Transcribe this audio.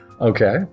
Okay